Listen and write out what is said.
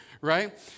right